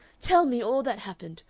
tell me all that happened,